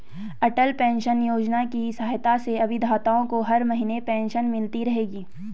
अटल pension Yojana की सहायता से अभिदाताओं को हर महीने पेंशन मिलती रहेगी